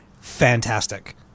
fantastic